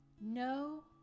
no